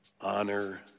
honor